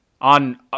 on